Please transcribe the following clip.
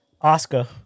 Oscar